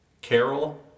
Carol